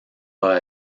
pas